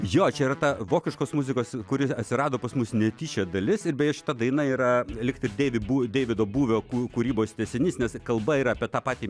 jo čia yra ta vokiškos muzikos kuris atsirado pas mus netyčia dalis ir beje šita daina yra lyg tai dei bu deivido būvio kū kūrybos tęsinys nes kalba yra apie tą patį